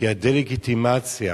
כי הדה-לגיטימציה